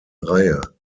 reihe